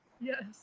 Yes